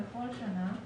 בכל שנה,